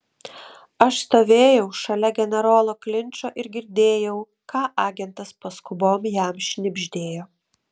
aš stovėjau šalia generolo klinčo ir girdėjau ką agentas paskubom jam šnibždėjo